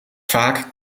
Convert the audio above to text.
vaak